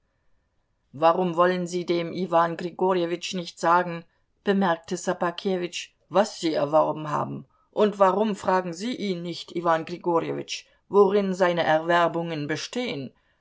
warum wollen sie dem iwan grigorjewitsch nicht sagen bemerkte ssobakewitsch was sie erworben haben und warum fragen sie ihn nicht iwan grigorjewitsch worin seine erwerbungen bestehen